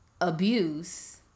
Abuse